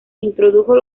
introdujo